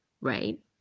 right